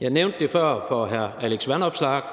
Jeg nævnte det før for hr. Alex Vanopslagh.